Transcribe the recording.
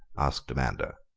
asked amanda.